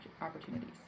opportunities